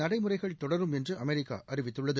நடைமுறைகள் தொடரும் என்று அமெரிக்கா அறிவித்துள்ளது